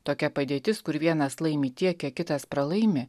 tokia padėtis kur vienas laimi tiek kiek kitas pralaimi